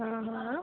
आं